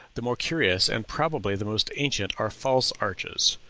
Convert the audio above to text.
the more curious and probably the most ancient are false arches,